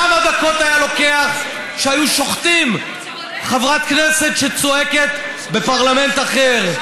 כמה דקות היה לוקח עד שהיו שוחטים חברת כנסת שצועקת בפרלמנט אחר?